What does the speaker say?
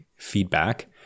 feedback